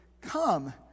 come